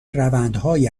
روندهای